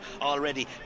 already